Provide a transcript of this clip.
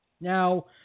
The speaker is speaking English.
Now